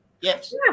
Yes